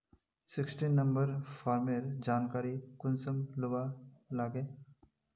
Sixteen number farmer जानकारी कुंसम लुबा लागे?